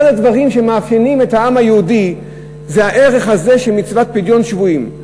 אחד הדברים שמאפיינים את העם היהודי זה הערך הזה של מצוות פדיון שבויים.